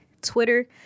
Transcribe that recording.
Twitter